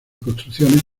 construcciones